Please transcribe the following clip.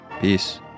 Peace